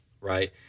right